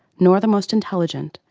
nor the most intelligent,